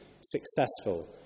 successful